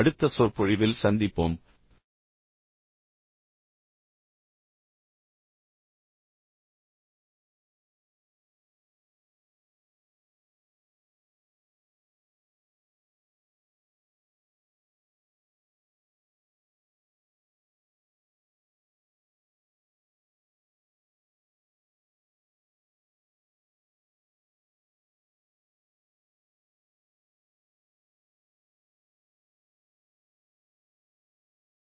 அடுத்த சொற்பொழிவில் சந்திப்போம்